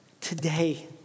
today